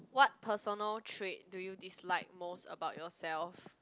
what personal trait do you dislike most about yourself